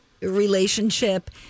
relationship